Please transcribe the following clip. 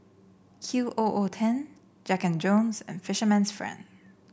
Q O O ten Jack And Jones and Fisherman's Friend